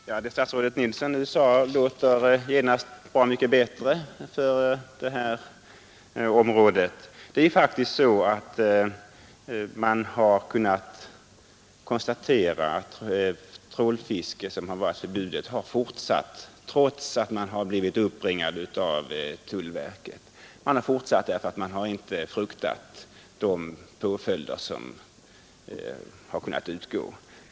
Herr talman! Det statsrådet Nilsson nu sade låter genast bra mycket bättre. Man har faktiskt kunnat konstatera att det förbjudna trålfisket fortsatt, därför att fiskarna inte fruktat påföljderna.